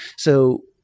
so